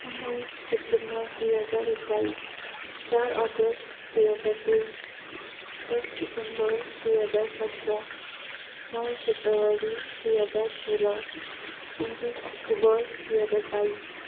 उन्नाइस सेप्टेम्बर दुई हजार एक्काइस चार अगस्त दुई हजार तेइस दस दिसम्बर दुई हजार सत्र नौ फेब्रुअरी दुई हजार सोह्र उन्तिस अक्टोबर दुई हजार बाइस